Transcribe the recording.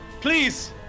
please